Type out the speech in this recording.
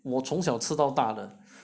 我从小吃到大的